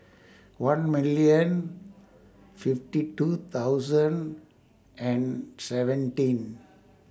one million fifty two thousand and seventeen